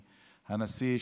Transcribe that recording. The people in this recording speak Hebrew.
הנשיא,